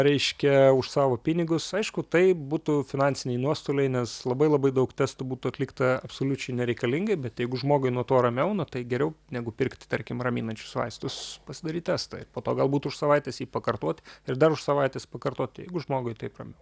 reiškia už savo pinigus aišku tai būtų finansiniai nuostoliai nes labai labai daug testų būtų atlikta absoliučiai nereikalingai bet jeigu žmogui nuo to ramiau na tai geriau negu pirkti tarkim raminančius vaistus pasidaryt testą ir po to galbūt už savaitės jį pakartoti ir dar už savaitės kartot jeigu žmogui taip ramiau